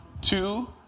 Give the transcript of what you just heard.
two